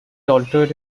altered